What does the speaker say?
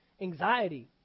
Anxiety